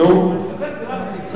הוא שוכר דירה בחיפה,